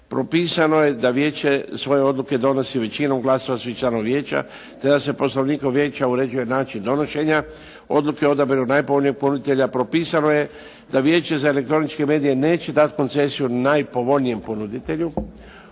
Propisano je da vijeće svoje odluke donosi većinom glasova svih članova vijeća te da se poslovnikom vijeća uređuje način donošenja odluke o odabiru najpovoljnijeg ponuditelja. Propisano je da Vijeće za elektroničke medije neće dati koncesiju najpovoljnijem ponuditelju